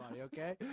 okay